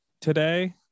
today